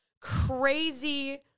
crazy